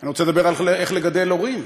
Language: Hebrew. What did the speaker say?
אני רוצה לדבר על איך לגדל הורים,